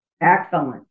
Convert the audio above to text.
Excellent